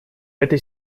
этой